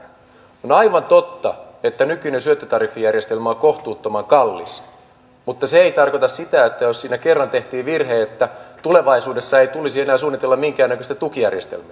on aivan totta että nykyinen syöttötariffijärjestelmä on kohtuuttoman kallis mutta se ei tarkoita sitä että jos siinä kerran tehtiin virhe niin tulevaisuudessa ei tulisi suunnitella enää minkäännäköistä tukijärjestelmää